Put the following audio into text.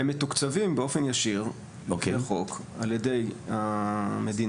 הם מתוקצבים באופן ישיר על ידי המדינה